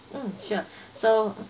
mm sure so